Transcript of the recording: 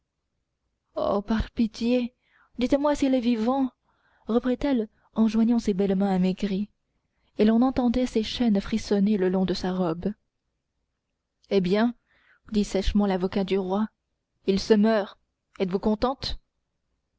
oh par pitié dites-moi s'il est vivant reprit-elle en joignant ses belles mains amaigries et l'on entendait ses chaînes frissonner le long de sa robe eh bien dit sèchement l'avocat du roi il se meurt êtes-vous contente